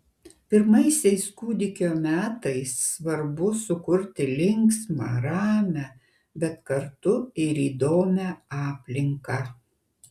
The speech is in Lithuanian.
pirmaisiais kūdikio metais svarbu sukurti linksmą ramią bet kartu ir įdomią aplinką